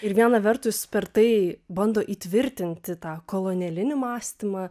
ir viena vertus per tai bando įtvirtinti tą kolonialinį mąstymą